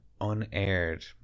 unaired